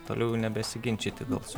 toliau jau nebesiginčyti gal su